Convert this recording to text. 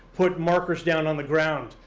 put markers down on the ground.